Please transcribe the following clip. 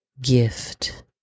gift